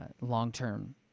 long-term